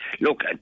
look